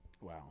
Wow